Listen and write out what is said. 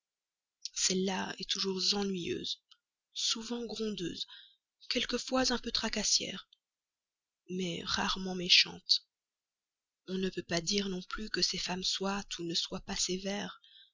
celle-là est toujours ennuyeuse souvent grondeuse quelquefois un peu tracassière mais rarement méchante on ne peut pas dire non plus que ces femmes soient ou ne soient pas sévères